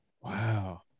wow